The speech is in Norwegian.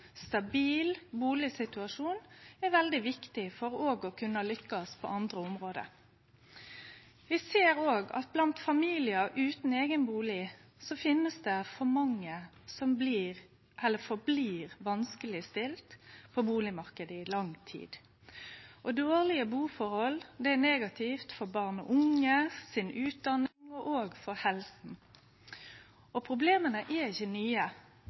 veldig viktig for òg å kunne lykkast på andre område. Vi ser òg at blant familiar utan eigen bustad er det for mange som blir verande vanskelegstilte på bustadmarknaden i lang tid. Dårlege buforhold er negativt for barn og unge si utdanning, og for helsa. Problema er ikkje nye,